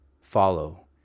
follow